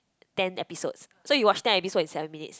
ten episodes so you watch ten episodes in seven minutes